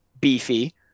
beefy